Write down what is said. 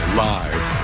live